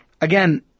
again